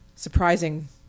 surprising